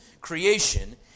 creation